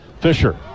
Fisher